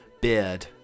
beard